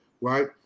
right